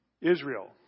Israel